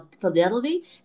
Fidelity